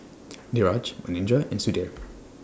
Niraj Manindra and Sudhir